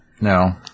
No